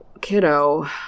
kiddo